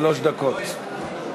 שלוש דקות.